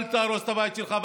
אל תהרוס את הבית שלך,